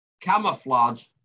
camouflage